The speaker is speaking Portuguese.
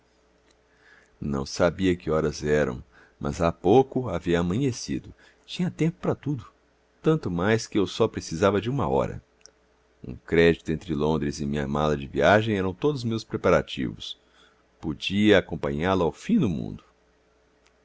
não sabia que horas eram mas há pouco havia amanhecido tinha tempo para tudo tanto mais que eu só precisava de uma hora um crédito sobre londres e a minha mala de viagem eram todos os meus preparativos podia acompanhá-la ao fim do mundo